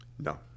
No